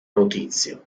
notizia